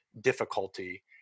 difficulty